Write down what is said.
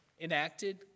enacted